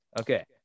Okay